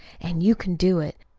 and you can do it.